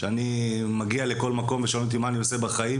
שאני מגיע לכל מקום ושואלים אותי מה אני עושה בחיים,